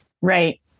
Right